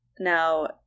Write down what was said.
Now